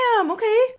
okay